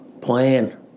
plan